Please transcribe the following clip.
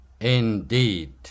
indeed